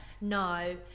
no